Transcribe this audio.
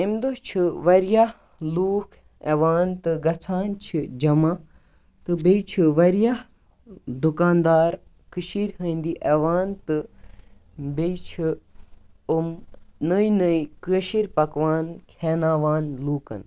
اَمہِ دۄہ چھِ واریاہ لُکھ یِوان تہٕ گژھان چھِ جَمع تہٕ بیٚیہِ چھِ واریاہ دُکان دار کشیٖر ہنٛدۍ یِوان تہٕ بیٚیہِ چھِ یِم نٔے نٔے کٲشر پکوان کھیناوان لُکَن